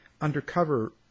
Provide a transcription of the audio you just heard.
undercover